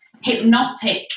hypnotic